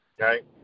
Okay